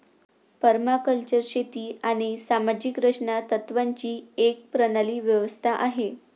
permaculture शेती आणि सामाजिक रचना तत्त्वांची एक प्रणाली व्यवस्था आहे